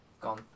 gone